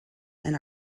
and